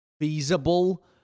feasible